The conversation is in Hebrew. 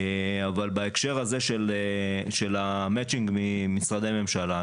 אבל בהקשר הזה של המצ'ינג של משרדי ממשלה,